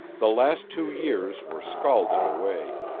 the last two years were scalded away.